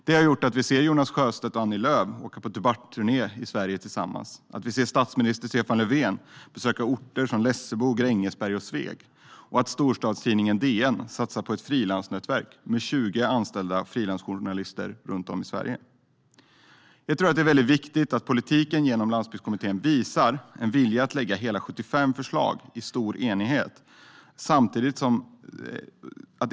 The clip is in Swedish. Det har gjort att vi ser Jonas Sjöstedt och Annie Lööf åka på debatturné i Sverige tillsammans, att vi ser statminister Stefan Löfven besöka orter som Lessebo, Grängesberg och Sveg, och att storstadstidningen DN satsar på ett frilansnätverk med 20 anställda frilansjournalister runt om i Sverige. Jag tror att det var väldigt viktigt att politiken genom Landsbygdskommittén visar en vilja genom att i stor enighet lägga fram hela 75 förslag.